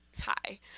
Hi